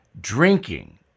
drinking